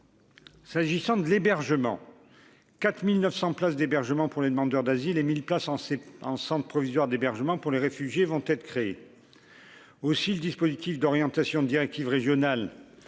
S'agissant de l'hébergement 4900 places d'hébergement pour les demandeurs d'asile et 1000 places en c'est en provisoires d'hébergement pour les réfugiés vont être créées aussi le dispositif d'orientation directive régionale